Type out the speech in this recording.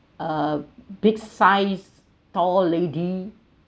a big size tall lady